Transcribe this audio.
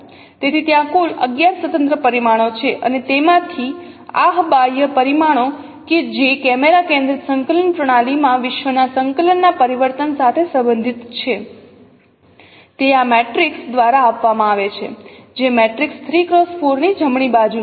તેથી ત્યાં કુલ 11 સ્વતંત્ર પરિમાણો છે અને તેમાંથી આ બાહ્ય પરિમાણો કે જે કેમેરા કેન્દ્રિત સંકલન પ્રણાલીમાં વિશ્વના સંકલનના પરિવર્તન સાથે સંબંધિત છે તે આ મેટ્રિક્સ દ્વારા આપવામાં આવે છે જે મેટ્રિક્સ 3 x 4 ની જમણી બાજુ છે